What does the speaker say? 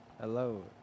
Hello